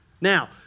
Now